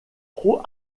pro